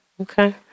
Okay